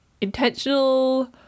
intentional